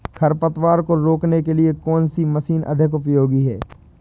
खरपतवार को रोकने के लिए कौन सी मशीन अधिक उपयोगी है?